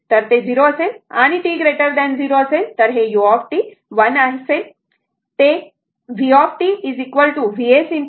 तर ते 0 असेल आणि t 0असेल तर u 1 असेल ते Vt Vs e tT असेल